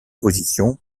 position